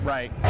Right